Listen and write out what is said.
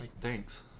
Thanks